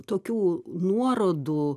tokių nuorodų